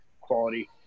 quality